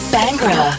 Bangra